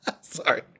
Sorry